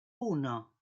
uno